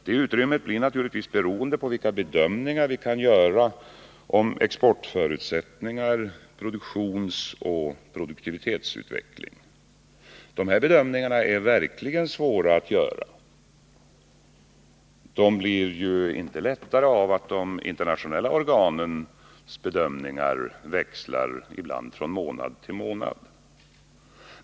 Det utrymmet blir naturligtvis beroende på vilka bedömningar vi kan göra om exportförutsättningar samt om produktionsoch produktivitetsutveckling. De här bedömningarna är verkligen svåra att göra. De blir ju inte lättare av att de internationella organens bedömningar växlar, ibland från månad till månad.